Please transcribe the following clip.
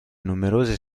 numerose